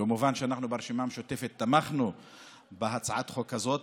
כמובן שאנחנו ברשימה המשותפת תמכנו בהצעת החוק הזאת.